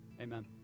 Amen